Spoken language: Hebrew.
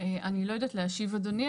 אני לא יודעת להשיב אדוני.